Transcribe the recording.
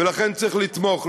ולכן צריך לתמוך.